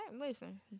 listen